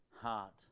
heart